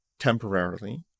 temporarily